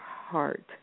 heart